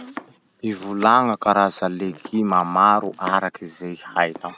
Mivolagna karaza leguma maro araky zay hainao.